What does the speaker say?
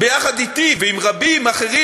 יחד אתי ועם רבים אחרים,